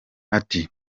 ati